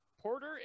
Porter